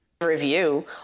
review